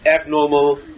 abnormal